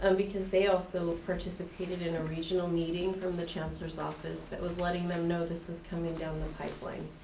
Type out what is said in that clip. and because they also participated in a regional meeting from the chancellor's office that was letting them know this is coming down the pipeline.